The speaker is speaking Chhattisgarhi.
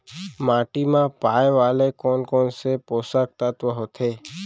माटी मा पाए वाले कोन कोन से पोसक तत्व होथे?